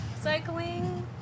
cycling